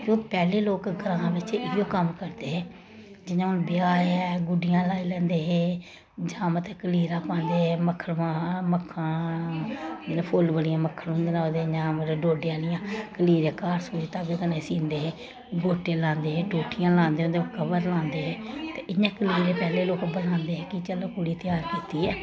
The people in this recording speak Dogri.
जो पैह्ले लोक ग्रांऽ बिच्च इ'यै कम्म करदे हे जि'यां हून ब्याह ऐ गुड्डियां लाई लैंदे हे जां मतलब कलीरा पांदे हे मक्खन मखाना जि'यां फुल बड़ियां मक्कन हुंदे लाए दे इ'यां मतलब डोडे आह्लियां कलीरे घर सुई धागे कन्ने सींदे हे गोटे लांदे हे ठूठियां लांदे होंदे कवर लांदे हे ते इ'यां कलीरे पैह्ले लोक बनांदे हे कि चलो कुड़ी त्यार कीती ऐ